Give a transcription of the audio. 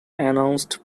announced